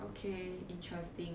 okay interesting